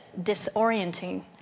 disorienting